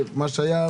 לאנשים עם מוגבלויות?